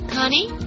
Connie